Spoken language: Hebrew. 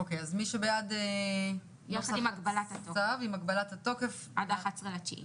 מי בעד אישור הצו עם הגבלת התוקף עד 11.9?